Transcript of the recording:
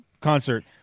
concert